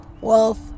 Wolf